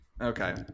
Okay